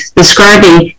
describing